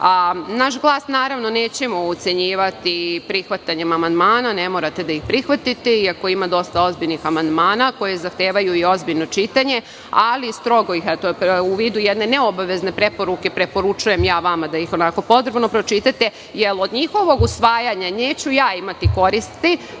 Naš glas nećemo ucenjivati prihvatanjem amandmana. Ne morate da ih prihvatite, iako ima dosta ozbiljnih amandmana koji zahtevaju i ozbiljno čitanje. U vidu jedne neobavezne preporuke, preporučujem vam da ih podrobno pročitate, jer od njihovog usvajanja neću imati ja koristi,